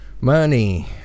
Money